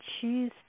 choose